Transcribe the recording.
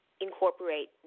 incorporate